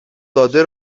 داده